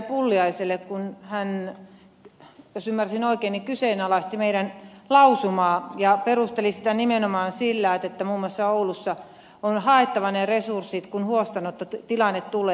pulliaiselle kun hän jos ymmärsin oikein kyseenalaisti meidän lausumaamme ja perusteli sitä nimenomaan sillä että muun muassa oulussa on haettava ne resurssit kun huostaanottotilanne tulee